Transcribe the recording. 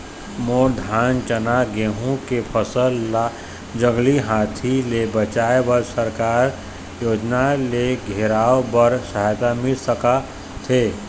मोर धान चना गेहूं के फसल ला जंगली हाथी ले बचाए बर सरकारी योजना ले घेराओ बर सहायता मिल सका थे?